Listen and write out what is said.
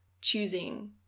choosing